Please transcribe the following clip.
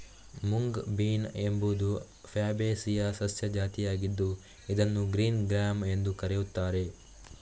mung bean ಎಂಬುದು Fabaceae ಸಸ್ಯ ಜಾತಿಯಾಗಿದ್ದು ಇದನ್ನು ಗ್ರೀನ್ ಗ್ರ್ಯಾಮ್ ಎಂದೂ ಕರೆಯುತ್ತಾರೆ